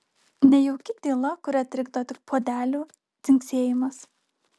nejauki tyla kurią trikdo tik puodelių dzingsėjimas